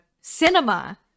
Cinema